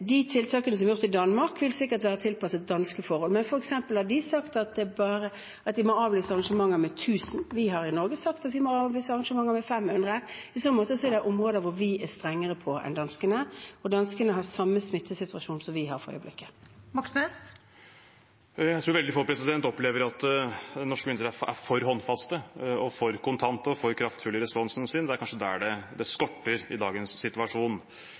gjort i Danmark, vil sikkert være tilpasset danske forhold. Men de har f.eks. anbefalt at man avlyser arrangementer med 1 000 mennesker. I Norge har vi anbefalt at man avlyser arrangementer med 500 mennesker. I så måte er det områder hvor vi er strengere enn danskene, og danskene har for øyeblikket den samme smittesituasjonen som vi har. Bjørnar Moxnes – til oppfølgingsspørsmål. Jeg tror det er veldig få som opplever at norske myndigheter er for håndfaste, for kontante og for kraftfulle i responsen sin. Det er kanskje der det skorter i dagens situasjon.